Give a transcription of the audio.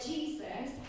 Jesus